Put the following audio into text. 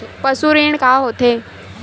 पशु ऋण का होथे?